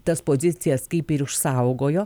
tas pozicijas kaip ir išsaugojo